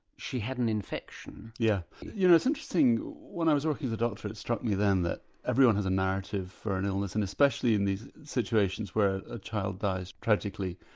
she had an infection. yes. yeah you know it's interesting, when i was working as a doctor it struck me then that everyone has a narrative for an illness and especially in these situations where a child dies tragically,